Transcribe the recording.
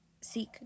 seek